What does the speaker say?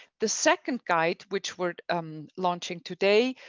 the second guide, which we're um launching today,